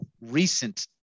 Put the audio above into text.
recent